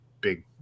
big